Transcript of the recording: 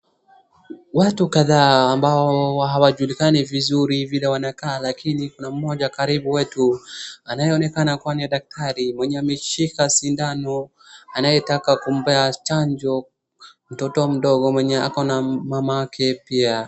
Watu kadhaa ambao hawajulikani vizuri vile wanakaa lakini kuna mmoja karibu wetu anayeonekana kuwa ni daktari mwenye ameshika sindano anayetaka kumbeba chanjo mtoto mdogo mwenye ako na mamake pia.